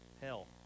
hell